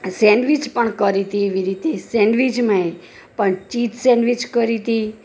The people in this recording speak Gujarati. સેન્ડવિચ પણ કરી હતી એવી રીતે સેન્ડવિચમાંય પણ ચીઝ સેન્ડવિચ કરી હતી